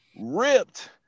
Ripped